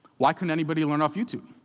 why couldn't anybody learn off youtube?